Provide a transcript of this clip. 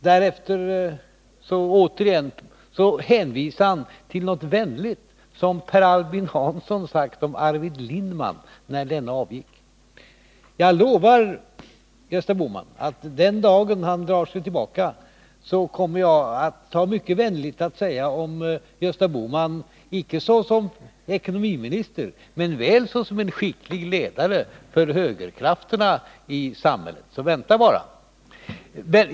Därefter hänvisar han till något vänligt som Per Albin Hansson har sagt om Arvid Lindman när denne avgick. Jag lovar att jag den dagen Gösta Bohman drar sig tillbaka kommer att ha mycket vänliga ord att säga om honom, icke såsom ekonomiminister men väl såsom en skicklig ledare för högerkrafterna i samhället. Så vänta bara!